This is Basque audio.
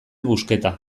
busqueta